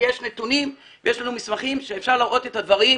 נתונים ומסמכים שיכולים להראות את הדברים